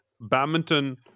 badminton